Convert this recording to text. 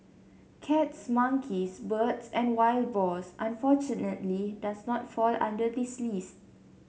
cats monkeys birds and wild boars unfortunately does not fall under this list